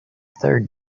third